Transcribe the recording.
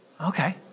Okay